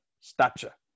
stature